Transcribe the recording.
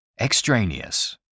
Extraneous